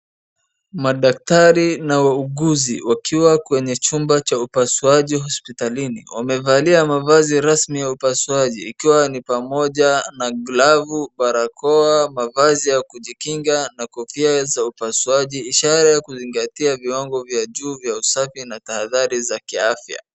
Madaktari na wauguzi wakiwa kwenye chumba cha upasuaji hospitalini. wamevalia mavazi rasmi ya upasuaji ikiwa ni pamoja na glavu, barakoa mavazi ya kujikinga na kofia za upasuaji. Ishara ya kuzingatia viwango vya juu vya usafi na tahadhari za kiafya.